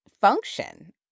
function